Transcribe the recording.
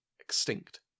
extinct